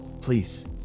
please